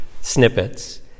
snippets